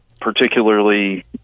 particularly